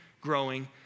growing